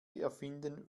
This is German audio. erfinden